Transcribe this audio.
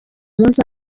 munsi